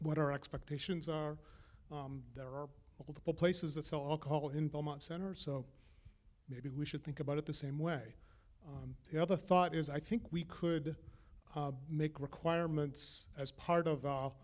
what our expectations are there are multiple places that sell alcohol in belmont center so maybe we should think about it the same way the other thought is i think we could make requirements as part